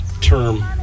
term